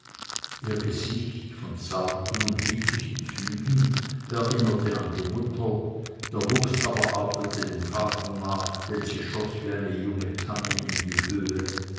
ihr gesicht von zarten und lieblichen zügen erinnerte an die mutter der wuchs aber artete dem vater nach denn sie schoß wie eine junge tanne in die höhe